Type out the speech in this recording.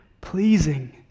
pleasing